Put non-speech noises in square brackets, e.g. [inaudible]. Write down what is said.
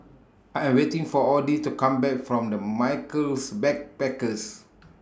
I Am waiting For Odie to Come Back from The Michaels Backpackers [noise]